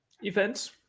events